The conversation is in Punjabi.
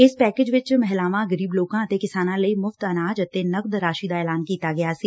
ਇਸ ਪੈਕੇਜ ਵਿਚ ਮਹਿਲਾਵਾਂ ਗਰੀਬ ਲੋਕਾਂ ਅਤੇ ਕਿਸਾਨਾਂ ਲਈ ਮੁਫ਼ਤ ਅਨਾਜ ਅਤੇ ਨਕਦ ਰਾਸੀ ਦਾ ਐਲਾਨ ਕੀਤਾ ਗਿਆ ਸੀ